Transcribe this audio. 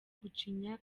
gucinya